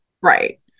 right